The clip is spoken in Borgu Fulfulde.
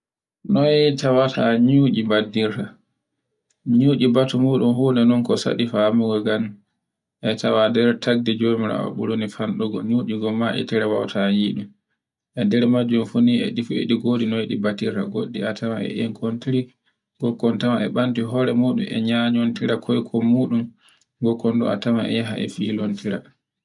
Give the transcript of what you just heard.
Noy tawata nyucci baddirta. Nyucci batu muɗum fu no non ko saɗi famigo ngan e tawa nder taddi jomirawo buri ni fanɗugo nyucci ngonma e tra bauta yiɗum. E nder majjum fu ni e ɗi fu e ɗi godi noy ɗi baddirta, goɗɗi a tawan e ɗigontiri, kokkon tan e ɗi ɓanti hore muɗum e nyyontira koyko muɗum gokkon fu a tawan e yaha e filontira.